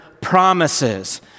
promises